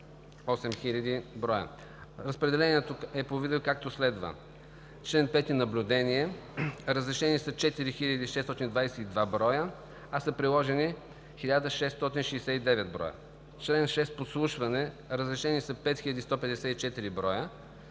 8000 броя. Разпределението е по видове, както следва: - чл. 5 – наблюдение: разрешени са 4622 броя, а са приложени 1669 броя; - чл. 6 – подслушване: разрешени са 5154 броя,